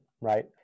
right